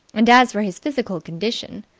and as for his physical condition,